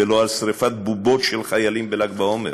ולא על שרפת בובות של חיילים בל"ג בעומר.